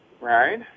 right